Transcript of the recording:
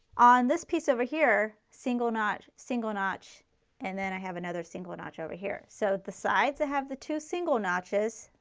on this piece over here, single notch, single notch and then i have another single notch over here. so at the sides i have the two single notches,